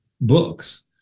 books